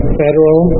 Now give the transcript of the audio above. federal